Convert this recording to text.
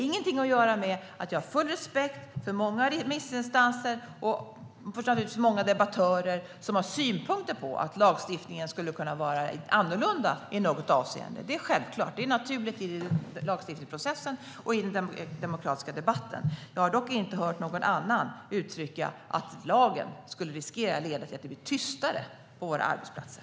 Jag har full respekt för de många remissinstanser och debattörer som har synpunkter på att lagstiftningen skulle kunna vara annorlunda i något avseende. Det är självklart och naturligt i lagstiftningsprocessen och i den demokratiska debatten. Jag har dock inte hört någon annan uttrycka att lagen skulle riskera att leda till att det blir tystare på våra arbetsplatser.